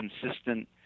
consistent